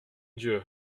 dieu